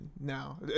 now